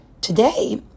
today